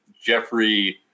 Jeffrey